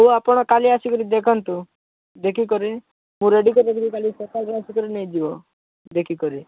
ହଉ ଆପଣ କାଲି ଆସିକିରି ଦେଖନ୍ତୁ ଦେଖି କରି ମୁଁ ରେଡ଼ି କରିକିରି କାଲି ସକାଲରେ ଆସିକରି ନେଇଯିବ ଦେଖି କରି